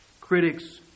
critics